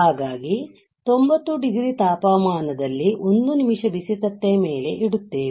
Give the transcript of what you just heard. ಹಾಗಾಗಿ 90 ಡಿಗ್ರಿ ತಾಪಮಾನದಲ್ಲಿ 1 ನಿಮಿಷ ಬಿಸಿ ತಟ್ಟೆಯ ಮೇಲೆ ಇಡುತ್ತೇವೆ